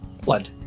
blood